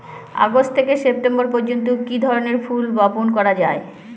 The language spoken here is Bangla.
আগস্ট থেকে সেপ্টেম্বর পর্যন্ত কি ধরনের ফুল বপন করা যায়?